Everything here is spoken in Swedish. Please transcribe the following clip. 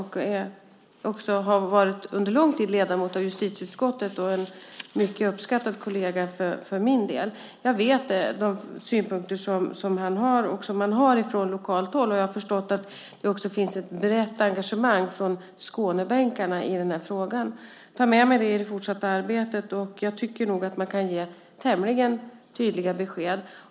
Han har också under lång tid varit ledamot av justitieutskottet och en mycket uppskattad kollega för min del. Jag känner till de synpunkter som han har och som man har från lokalt håll. Jag har förstått att det också finns ett brett engagemang från Skånebänken i den här frågan. Jag tar med mig det i det fortsatta arbetet. Jag tycker nog att man kan ge tämligen tydliga besked.